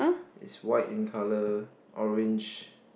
it's white in colour orange